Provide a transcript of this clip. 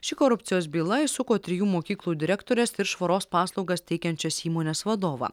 ši korupcijos byla įsuko trijų mokyklų direktores ir švaros paslaugas teikiančios įmonės vadovą